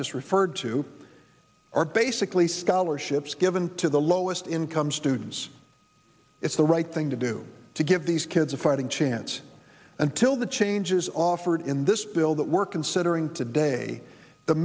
just referred to are basically scholarships given to the lowest income students it's the right thing to do to give these kids a fighting chance until the changes offered in this bill that we're considering today the